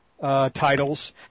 titles